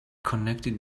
connected